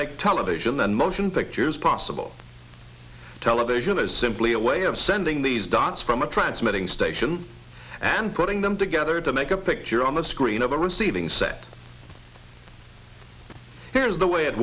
make television and motion pictures possible television is simply a way of sending these dots from a transmitting station and putting them together to make a picture on the screen of a receiving set here is the way it